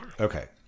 Okay